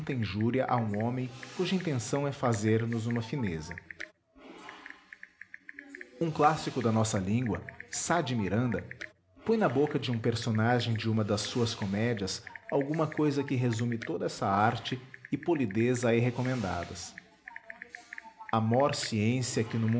injúria a um homem cuja intenção é fazer nos uma fineza um clássico da nossa língua sá de miranda põe na boca de um personagem de uma das suas comédias alguma cousa que resume toda essa arte e polidez aí recomendadas a mor ciência que